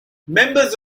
members